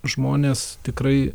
žmonės tikrai